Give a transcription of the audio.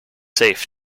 safe